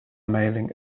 mailing